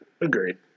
Agreed